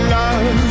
love